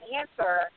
answer